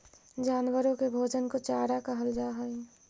जानवरों के भोजन को चारा कहल जा हई